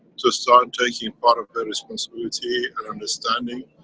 to start taking part of the responsibility and understanding.